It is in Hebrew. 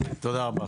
תודה רבה.